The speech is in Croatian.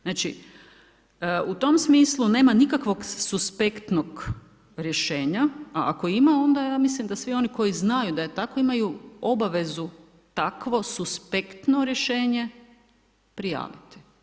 Znači u tom smislu nema nikakvog suspektnog rješenja, a ako ima, ja mislim da svi oni koji znaju da je takvi, imaju obavezu takvu suspektno rješenje prijaviti.